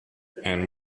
and